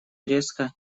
резко